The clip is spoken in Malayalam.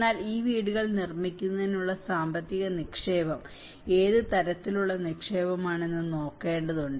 എന്നാൽ ഈ വീടുകൾ നിർമ്മിക്കുന്നതിനുള്ള സാമ്പത്തിക നിക്ഷേപം ഏത് തരത്തിലുള്ള നിക്ഷേപമാണ് എന്ന് നോക്കേണ്ടതുണ്ട്